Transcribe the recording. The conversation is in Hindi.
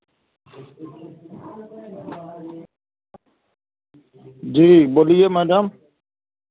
जी बोलिए मैडम